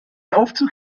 aufzug